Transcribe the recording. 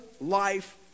life